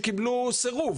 בסוף.